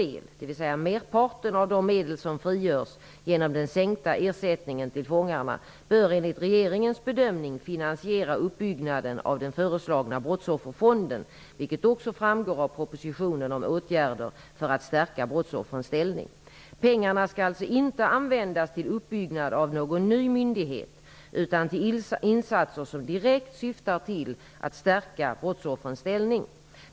Resterande del, dvs. merparten, av de medel som frigörs genom den sänkta ersättningen till fångarna bör enligt regeringens bedömning finansiera uppbyggnaden av den föreslagna brottsofferfonden, vilket också framgår av propositionen om åtgärder för att stärka brottsoffrens ställning. Pengarna skall alltså inte användas till uppbyggnad av någon ny myndighet utan till insatser som direkt syftar till att stärka brottsoffrens ställning.